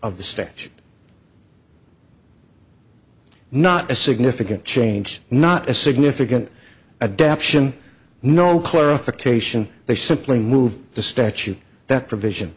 of the statute not a significant change not a significant adaption no clarification they simply moved the statute that provision